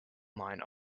mine